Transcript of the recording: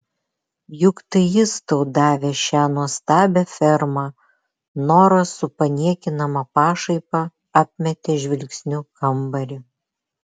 juk tai jis tau davė šią nuostabią fermą nora su paniekinama pašaipa apmetė žvilgsniu kambarį